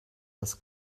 das